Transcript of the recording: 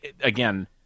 again